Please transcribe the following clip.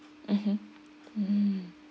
mmhmm mm